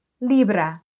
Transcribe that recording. libra